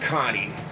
Connie